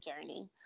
journey